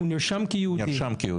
הוא נרשם כיהודי.